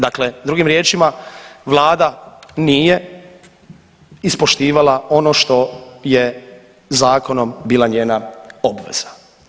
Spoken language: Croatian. Dakle, drugim riječima Vlada nije ispoštivala ono što je zakonom bila njena obveza.